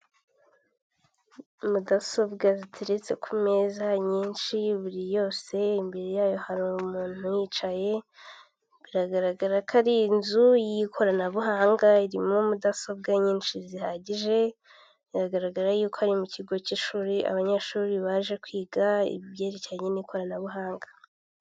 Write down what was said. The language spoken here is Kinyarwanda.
Mudasobwa ziteretse ku meza nyinshi buri yose imbere yayo haru umuntu yicaye, biragaragara ko ari inzu y'ikoranabuhanga irimo mudasobwa nyinshi zihagije, igaragara yuko ari mu kigo cy'ishuri abanyeshuri baje kwiga ibyerekeranye n'ikoranabuhanga.